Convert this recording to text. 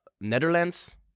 Netherlands